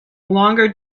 longer